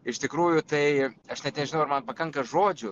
iš tikrųjų tai aš net nežinau ar man pakanka žodžių